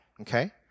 okay